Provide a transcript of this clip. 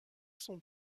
son